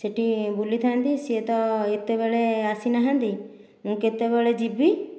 ସେଇଠି ବୁଲିଥାନ୍ତି ସେ ତ ଏତେବେଳେ ଆସିନାହାନ୍ତି ମୁଁ କେତେବେଳେ ଯିବି